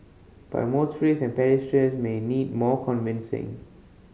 but motorists and pedestrians may need more convincing